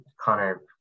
Connor